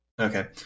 Okay